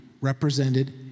represented